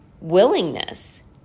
willingness